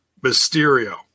Mysterio